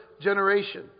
generation